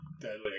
Deadly